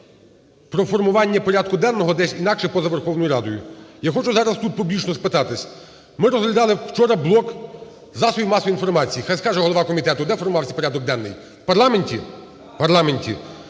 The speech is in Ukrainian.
про формування порядку денного десь інакше, поза Верховною Радою. Я зараз тут публічно хочу спитатись. Ми розглядали вчора блок засобів масової інформації, хай скаже голова комітету, де формувався порядок денний – в парламенті? В парламенті.